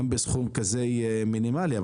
גם בסכום כזה מינימלי,